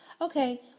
Okay